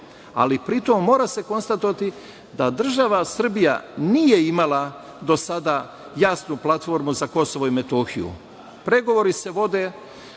ali pritom mora se konstatovati da država Srbija nije imala do sada jasnu platformu za Kosovo i Metohiju.